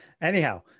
Anyhow